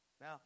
Now